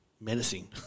menacing